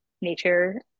nature